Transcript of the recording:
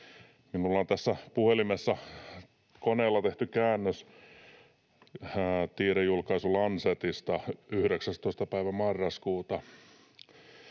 Minulla on tässä puhelimessa koneella tehty käännös tiedejulkaisu The Lancetista 19. marraskuuta: